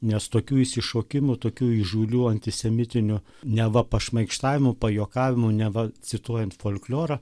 nes tokių išsišokimų tokių įžūlių antisemitinių neva pašmaikštavimų pajuokavimų neva cituojant folklorą